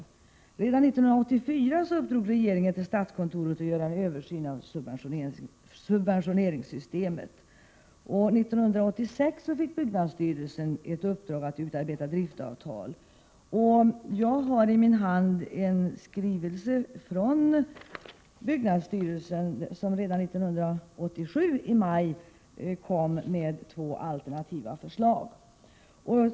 Redan 1984 uppdrog regeringen till statskontoret att göra en översyn av subventioneringssystemet, och 1986 fick byggnadsstyrelsen ett uppdrag att utarbeta driftavtal. Jag har i min hand en skrivelse från byggnadsstyrelsen, som redan i maj 1987 kom med två alternativa förslag.